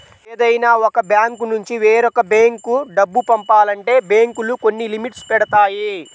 ఏదైనా ఒక బ్యాంకునుంచి వేరొక బ్యేంకు డబ్బు పంపాలంటే బ్యేంకులు కొన్ని లిమిట్స్ పెడతాయి